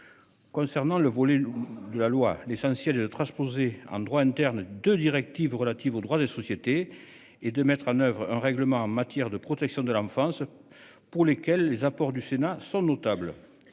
Concernant le volet de la loi, l'essentiel de transposer en droit interne 2 directives relatives au droit des sociétés et de mettre en oeuvre un règlement en matière de protection de l'enfance. Pour lesquels les apports du Sénat sont notables.